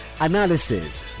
analysis